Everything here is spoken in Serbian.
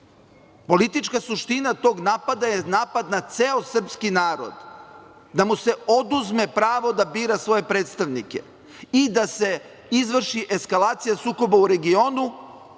Politička suština tog napada je napad na ceo srpski narod, da mu se oduzme pravo da bira svoje predstavnike i da se izvrši eskalacija sukoba u regionu,